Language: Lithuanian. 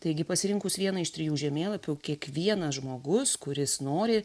taigi pasirinkus vieną iš trijų žemėlapių kiekvienas žmogus kuris nori